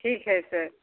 ठीक है सर